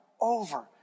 Over